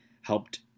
helped